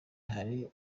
hari